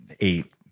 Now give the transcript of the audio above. eight